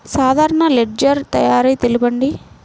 సాధారణ లెడ్జెర్ తయారి తెలుపండి?